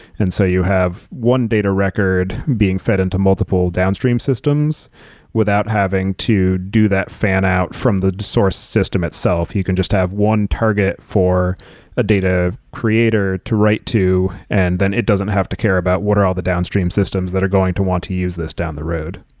and so you have one data record being fed into multiple downstream systems without having to do that fan out from the source system itself. you can just have one target for a data creator to write to and then it doesn't have to care about what are all the downstream systems that are going to want to use this down the road.